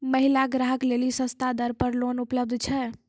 महिला ग्राहक लेली सस्ता दर पर लोन उपलब्ध छै?